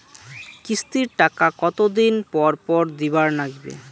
কিস্তির টাকা কতোদিন পর পর দিবার নাগিবে?